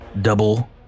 Double